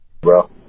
bro